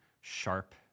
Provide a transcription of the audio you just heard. sharp